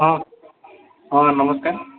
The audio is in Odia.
ହଁ ହଁ ନମସ୍କାର